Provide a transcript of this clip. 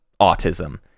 autism